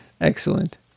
Excellent